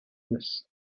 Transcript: this